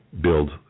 build